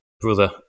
brother